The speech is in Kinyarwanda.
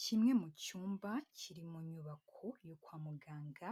Kimwe mu cyumba kiri mu nyubako yo kwa muganga,